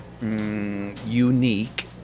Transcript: unique